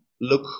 look